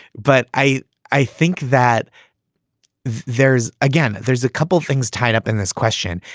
but i i think that there's again, there's a couple things tied up in this question.